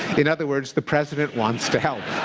in other words, the president wants to help.